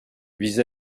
vis